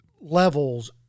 levels